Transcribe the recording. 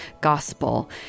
Gospel